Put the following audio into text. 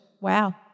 Wow